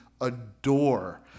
adore